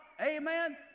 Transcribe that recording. Amen